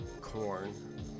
corn